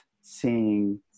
seeing